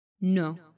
No